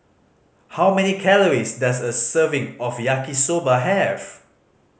how many calories does a serving of Yaki Soba have